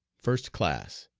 first class.